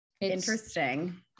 interesting